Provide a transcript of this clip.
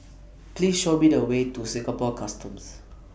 Please Show Me The Way to Singapore Customs